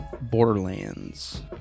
Borderlands